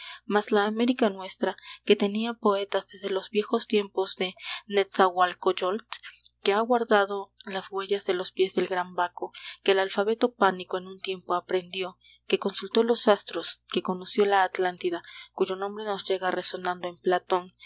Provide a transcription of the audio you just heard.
mas la américa nuestra que tenía poetas desde los viejos tiempos de netzahualcoyotl que ha guardado las huellas de los pies del gran baco que el alfabeto pánico en un tiempo aprendió que consultó los astros que conoció la atlántida cuyo nombre nos llega resonando en platón